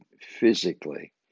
physically